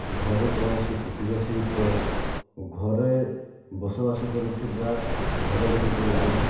ଘରେ କୌଣସି କୁଟୀର ଶିଳ୍ପ ଘରେ ବସବାସ କରୁଥିବା ଘରଗୁଡ଼ିକୁ ଲାଇଟ୍